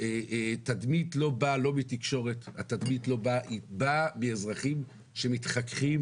התדמית לא באה מתקשורת, היא באה מאזרחים שמתחככים